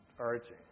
Urging